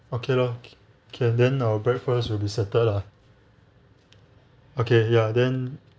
okay loh can then our breakfast will be settled lah okay ya then